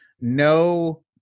No